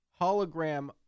hologram